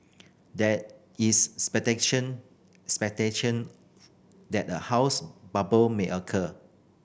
there is that a housing bubble may occur